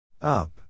Up